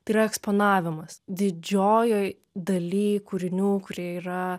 tai yra eksponavimas didžiojoj daly kūrinių kurie yra